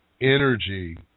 energy